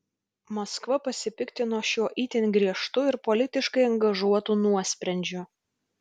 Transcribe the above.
maskva pasipiktino šiuo itin griežtu ir politiškai angažuotu nuosprendžiu